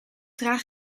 draag